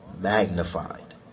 magnified